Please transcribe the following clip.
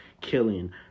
killing